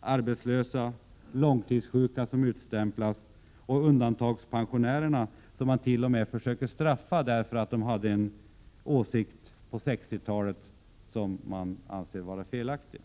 arbetslösa, långtidssjuka som utstämplas och undantagandepensionärerna — som man t.o.m. försöker straffa därför att de på 60-talet hade en åsikt som man anser var felaktig.